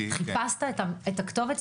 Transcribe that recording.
חיפשת את הכתובת,